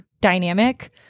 dynamic